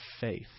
faith